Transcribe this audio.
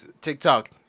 tiktok